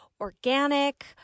organic